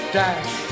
dash